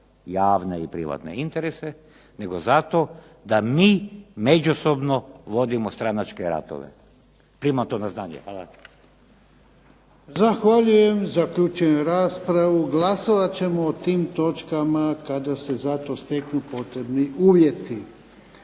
javne i privatne interese, nego zato da mi međusobno vodimo stranačke ratove. Primam to na znanje. Hvala. **Jarnjak, Ivan (HDZ)** Zahvaljujem. Zaključujem raspravu. Glasovat ćemo o tim točkama kada se zato steknu potrebni uvjeti.